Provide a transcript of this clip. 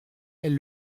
elle